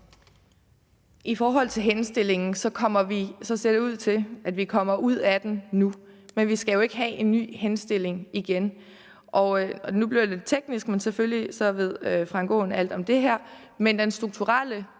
I forhold til henstillingen ser det ud til, at vi kommer fri af den nu, men vi skal jo ikke have en ny henstilling igen. Nu bliver det lidt teknisk, men selvfølgelig ved hr. Frank Aaen alt om det. Det strukturelle